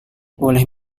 boleh